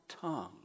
tongue